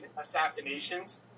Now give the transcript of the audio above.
assassinations